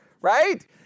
right